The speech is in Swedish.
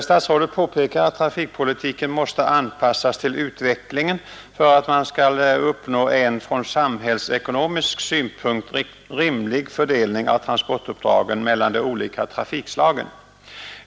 Statsrådet påpekar att trafikpolitiken måste anpassas till utvecklingen för att man skall uppnå en från samhällsekonomisk synpunkt rimlig fördelning av transportuppdragen mellan de olika trafikslagen.